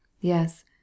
Yes